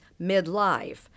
midlife